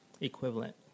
equivalent